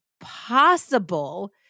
possible—